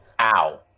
Ow